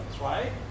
right